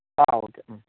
ആ ഓക്കെ മ്